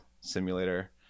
simulator